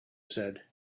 said